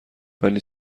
ولی